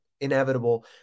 inevitable